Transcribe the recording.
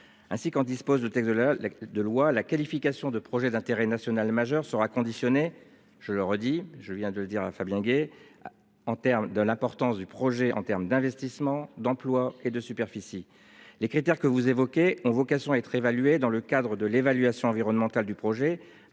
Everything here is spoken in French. ainsi qu'on dispose de texte de la la de lois la qualification de projets d'intérêt national majeur sera conditionnée. Je le redis, je viens de le dire à Fabien Gay. En terme de l'importance du projet en terme d'investissements, d'emploi et de superficie. Les critères que vous évoquez ont vocation à être évaluée dans le cadre de l'évaluation environnementale du projet